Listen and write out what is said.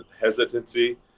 hesitancy